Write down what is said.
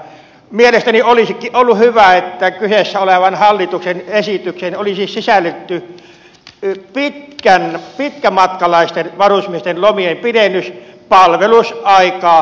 mielestäni olisikin ollut hyvä että kyseessä olevaan hallituksen esitykseen olisi sisällytetty pitkämatkalaisten varusmiesten lomien pidennys palvelusaikaa lyhentämättä